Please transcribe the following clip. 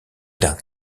d’un